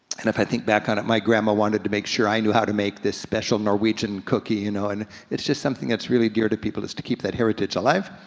and if i think back on it, my grandma wanted to make sure i knew how to make this special norwegian cookie, you know, and it's just something that's really dear to people is to keep that heritage alive,